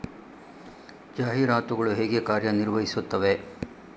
ಜಾಹೀರಾತುಗಳು ಹೇಗೆ ಕಾರ್ಯ ನಿರ್ವಹಿಸುತ್ತವೆ?